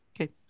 Okay